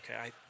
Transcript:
okay